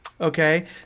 Okay